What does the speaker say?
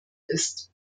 ist